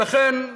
ולכן,